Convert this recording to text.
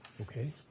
Okay